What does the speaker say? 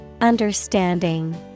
Understanding